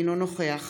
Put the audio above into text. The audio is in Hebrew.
אינו נוכח